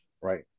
right